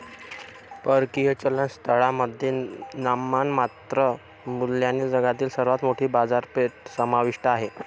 परकीय चलन स्थळांमध्ये नाममात्र मूल्याने जगातील सर्वात मोठी बाजारपेठ समाविष्ट आहे